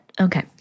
okay